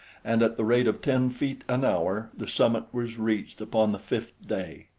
and at the rate of ten feet an hour the summit was reached upon the fifth day.